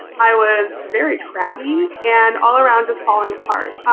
i was very crabby and all-around just falling apart.